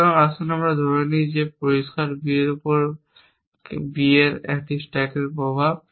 সুতরাং আসুন আমরা ধরে নিই যে পরিষ্কার B এর উপর B এর স্ট্যাকের প্রভাব